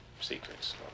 secrets